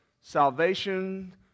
salvation